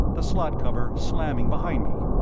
the slot cover slamming behind me.